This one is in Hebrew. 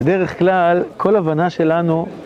בדרך כלל, כל הבנה שלנו...